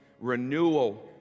renewal